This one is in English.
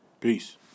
Peace